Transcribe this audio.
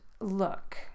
look